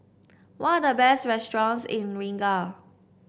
what are the best restaurants in Riga